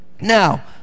Now